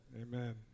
Amen